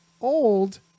old